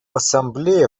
ассамблея